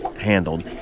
handled